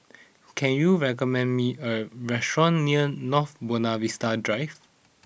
can you recommend me a restaurant near North Buona Vista Drive